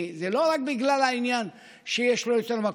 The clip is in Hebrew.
כי זה לא רק בגלל העניין שיש לו יותר מקום,